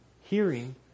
Hearing